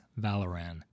Valoran